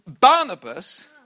Barnabas